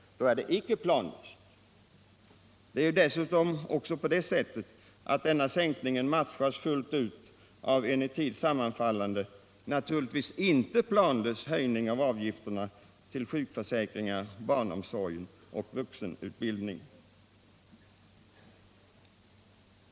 Då är det inte planlöst. Det är dessutom på det sättet att denna sänkning fullt ut matchas av en i tid sammanfallande, naturligtvis inte planlös, höjning av avgifterna till sjukförsäkringar, barnomsorg och vuxenutbildning.